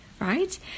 right